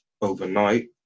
overnight